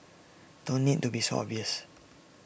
don't need to be so obvious